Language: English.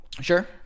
Sure